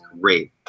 great